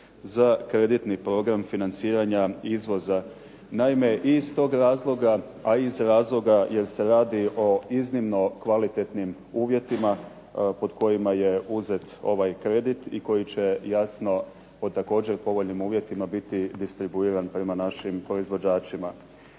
za kreditni program financiranja izvoza. Naime iz tog razloga, a i iz razloga jer se radi o iznimno kvalitetnim uvjetima pod kojima je uzet ovaj kredit i koji će jasno po također povoljnim uvjetima biti distribuiran prema našim proizvođačima.